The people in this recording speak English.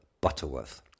Butterworth